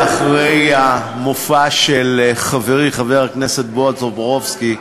אחרי המופע של חברי חבר הכנסת בועז טופורובסקי,